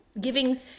giving